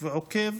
ועוקב